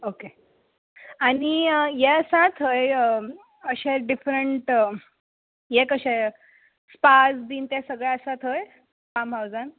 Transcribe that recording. okay आनी हें आसा थंय अशें डिफरंट हें कशें स्पाज बी तें सगळें आसा थंय फार्म हावजाांत